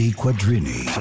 quadrini